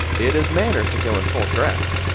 it is manners to go in full dress.